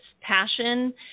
Passion